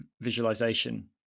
visualization